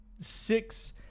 six